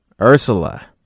Ursula